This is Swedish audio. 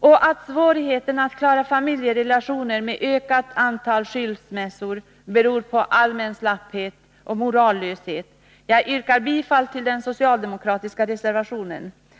och att svårigheterna att klara familjerelationer, med ökat antal skilsmässor som följd, beror på allmän slapphet och morallöshet. Jag yrkar bifall till den socialdemokratiska reservationen.